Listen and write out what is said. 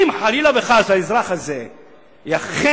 אם חלילה וחס האזרח הזה יאחר,